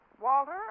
Walter